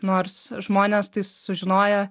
nors žmonės tai sužinoję